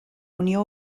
unió